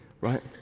right